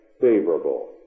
favorable